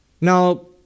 Now